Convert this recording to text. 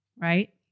right